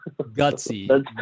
Gutsy